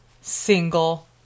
single